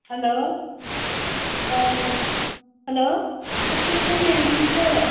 hello hello